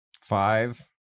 Five